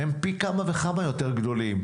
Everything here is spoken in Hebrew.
הם פי כמה וכמה יותר גדולים.